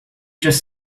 just